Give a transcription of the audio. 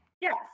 Yes